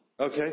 Okay